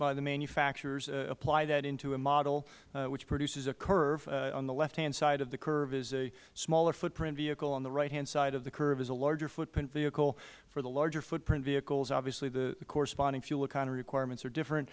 by the manufacturers apply that into a model which produces a curve on the left hand side of the curve is a smaller footprint vehicle on the right hand of the curve is a larger footprint vehicle for the larger footprint vehicle obviously the corresponding fuel economy requirements are different